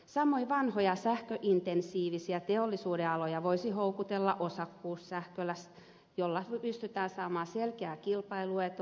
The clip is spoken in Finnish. samoin vanhoja sähköintensiivisiä teollisuuden aloja voisi houkutella osakkuussähköllä jolla pystytään saamaan selkeää kilpailuetua